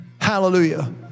hallelujah